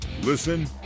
Listen